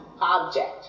object